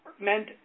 meant